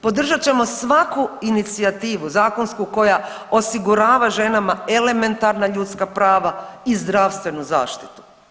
Podržat ćemo svaku inicijativu zakonsku koja osigurava ženama elementarna ljudska prava i zdravstvenu zaštitu.